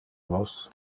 vos